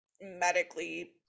medically